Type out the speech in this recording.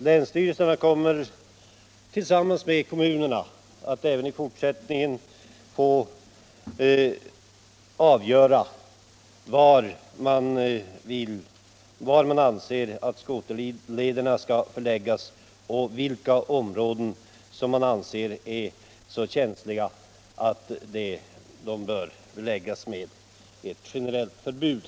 Länsstyrelserna kommer även i fortsättningen att tillsammans med kommunerna få avgöra var skoterlederna bör förläggas och vilka områden man anser är så känsliga att de bör beläggas med ett generellt förbud.